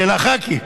של הח"כים.